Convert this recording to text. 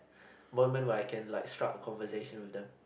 moment where I can like struck a conversation with them